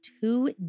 two